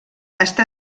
està